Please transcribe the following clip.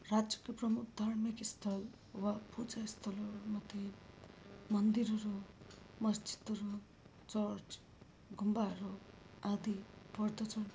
राज्यको प्रमुख धार्मिक स्थल वा पूजा स्थलहरूमध्ये मन्दिरहरू मस्जिदहरू चर्च गुम्बाहरू आदि पर्दछन्